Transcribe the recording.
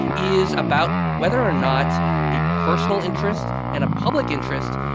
is about whether or not a personal interest and a public interest,